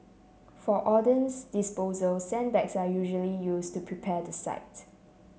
for ordnance disposal sandbags are usually used to prepare the site